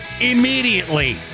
immediately